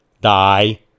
die